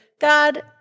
God